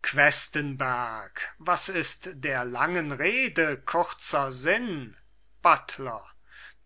questenberg was ist der langen rede kurzer sinn buttler